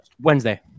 Wednesday